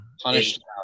punished